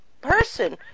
person